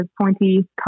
pointy